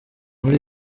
muri